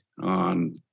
on